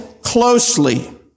closely